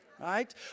right